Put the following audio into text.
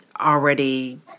already